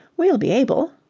we'll be able,